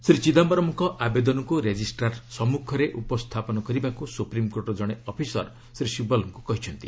ଶ୍ରୀ ଚିଦାମ୍ଘାରମ୍ଙ୍କ ଆବେଦନକୁ ରେଜିଷ୍ଟ୍ରାର ସମ୍ମୁଖରେ ଉପସ୍ଥାପନ କରିବାକୁ ସୁପ୍ରିମ୍କୋର୍ଟର ଜଣେ ଅଫିସର ଶ୍ରୀ ଶିବଲଙ୍କୁ କହିଛନ୍ତି